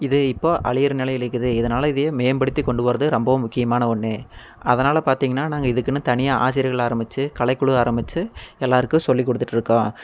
இது இப்போ அழியுற நிலையிலக்குது இதனால் இதையே மேம்படுத்தி கொண்டு வர்றது ரொம்பவும் முக்கியமான ஒன்று அதனால் பார்த்திங்கன்னா நாங்கள் இதுக்குன்னு தனியாக ஆசிரியர்கள் ஆரம்பிச்சு கலைக்குழு ஆரம்பிச்சு எல்லாருக்கும் சொல்லிக் கொடுத்துட்ருக்கோம்